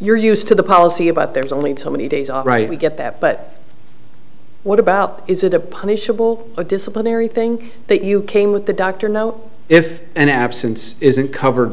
you're used to the policy about there's only so many days all right we get that but what about is it a punishable a disciplinary thing that you came with the doctor know if an absence isn't covered